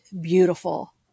beautiful